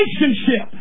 relationship